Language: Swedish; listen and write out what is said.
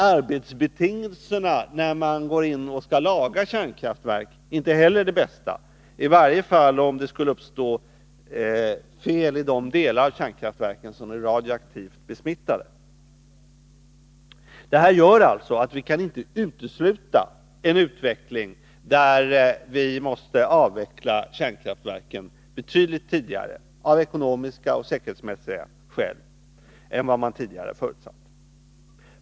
Arbetsbetingelserna är inte heller de bästa när man skall laga kärnkraftverk, i varje fall inte om det skulle uppstå fel i de delar av kärnkraftverken som är radioaktivt besmittade. Detta gör att vi inte kan utesluta en utveckling där vi av ekonomiska och säkerhetsmässiga skäl måste avveckla kärnkraftverken betydligt tidigare än vad man tidigare förutsatt.